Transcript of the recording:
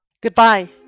Goodbye